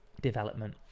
development